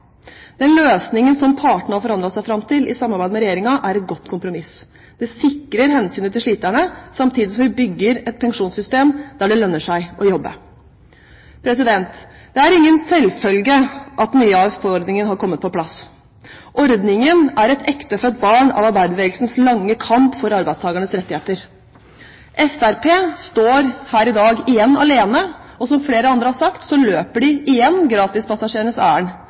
Den løsningen som partene har forhandlet seg fram til i samarbeid med Regjeringen, er et godt kompromiss. Det sikrer hensynet til sliterne, samtidig som vi bygger et pensjonssystem der det lønner seg å jobbe. Det er ingen selvfølge at den nye AFP-ordningen har kommet på plass. Ordningen er et ektefødt barn av arbeiderbevegelsens lange kamp for arbeidstakernes rettigheter. Fremskrittspartiet står her i dag igjen alene, og som flere andre har sagt, løper de igjen gratispassasjerenes